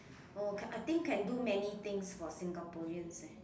oh can I think can do many things for Singaporeans eh